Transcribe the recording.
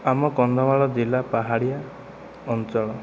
ଆମ କନ୍ଧମାଳ ଜିଲ୍ଲା ପାହାଡ଼ିଆ ଅଞ୍ଚଳ